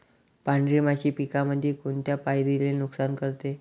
पांढरी माशी पिकामंदी कोनत्या पायरीले नुकसान करते?